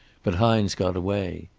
but hines got away.